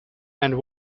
and